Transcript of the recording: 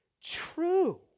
true